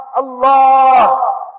Allah